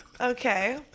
Okay